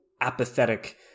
apathetic